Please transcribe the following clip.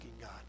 God